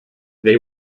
they